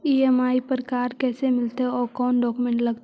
EMI पर car कैसे मिलतै औ कोन डाउकमेंट लगतै?